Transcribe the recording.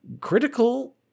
critical